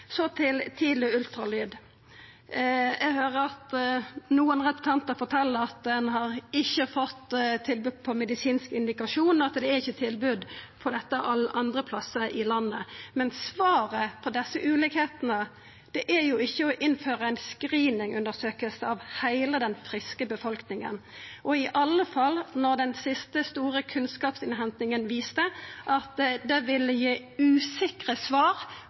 Så til tidleg ultralyd: Eg høyrer at nokre representantar fortel at ein ikkje har fått tilbodet på medisinsk indikasjon, at dette ikkje er eit tilbod alle andre plassar i landet. Men svaret på desse forskjellane er jo ikkje å innføra ei screeningundersøking av heile den friske befolkninga, og i alle fall ikkje når den siste store kunnskapsinnhentinga viste at det ville gi usikre svar